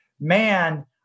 man